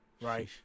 right